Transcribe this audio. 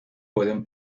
pueden